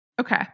Okay